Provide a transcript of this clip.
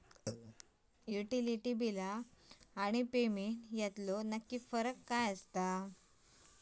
Utility बिला आणि payment यातलो नक्की फरक काय हा?